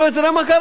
תראה מה קרה,